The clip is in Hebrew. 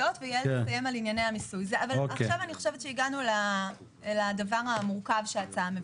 עכשיו הגענו לדבר המורכב שההצעה מביאה.